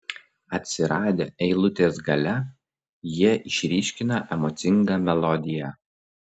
atsiradę eilutės gale jie išryškina emocingą melodiją